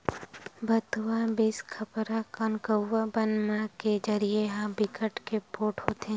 भथुवा, बिसखपरा, कनकुआ बन मन के जरई ह बिकट के पोठ होथे